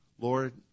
Lord